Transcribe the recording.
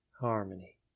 Harmony